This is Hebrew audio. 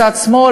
מצד שמאל,